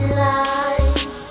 lies